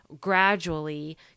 gradually